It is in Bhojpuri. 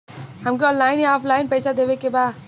हमके ऑनलाइन या ऑफलाइन पैसा देवे के बा?